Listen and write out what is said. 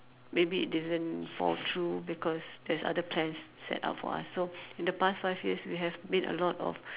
maybe it doesn't fall through because there's other plans set up for us so in the past five years we have made a lot of